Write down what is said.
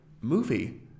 movie